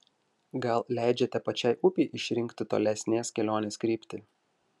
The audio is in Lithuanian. gal leidžiate pačiai upei išrinkti tolesnės kelionės kryptį